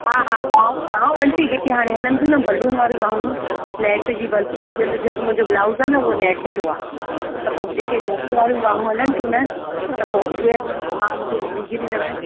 हा हा हा बाहूं बाहूं आंटी जेकी हाणे हलनि थियूं न बलून वारियूं बाहूं नेट जी बलून जेको मुंहिंजो ब्लाउज़ आहे न उहो नेट जो आहे त पोइ जेके नेट वारी बाहूं हलनि थियूं न त पोइ उहे तव्हां मूंखे विझी ॾींदव